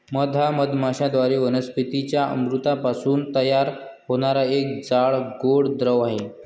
मध हा मधमाश्यांद्वारे वनस्पतीं च्या अमृतापासून तयार होणारा एक जाड, गोड द्रव आहे